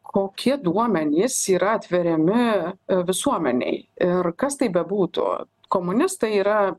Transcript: kokie duomenys yra atveriami visuomenei ir kas tai bebūtų komunistai yra